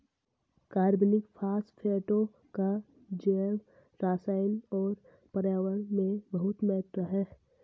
कार्बनिक फास्फेटों का जैवरसायन और पर्यावरण में बहुत महत्व है